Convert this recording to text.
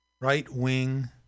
right-wing